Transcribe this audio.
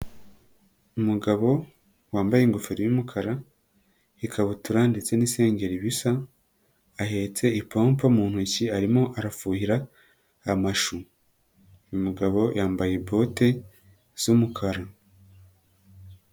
Umugabo wambaye ingofero y'umukara, ikabutura ndetse n'isengeri bisa, ahetse ipompo mu ntoki arimo arafuhira amashu. Uyu mugabo yambaye bote z'umukara.